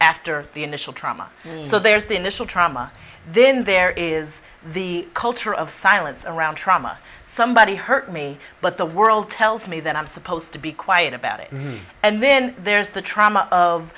after the initial trauma so there's the initial trauma then there is the culture of silence around trauma somebody hurt me but the world tells me that i'm supposed to be quiet about it and then there's the trauma of